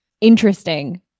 interesting